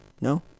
No